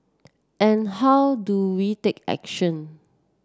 and how do we take action